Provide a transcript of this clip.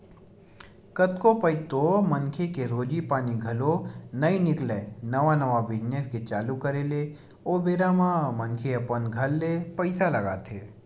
कतको पइत तो मनखे के रोजी पानी घलो नइ निकलय नवा नवा बिजनेस के चालू करे ले ओ बेरा म मनखे अपन घर ले पइसा लगाथे